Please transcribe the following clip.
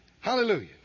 Hallelujah